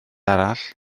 arall